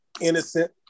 innocent